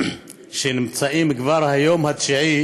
שנמצאים כבר היום התשיעי